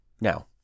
now